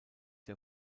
der